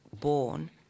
born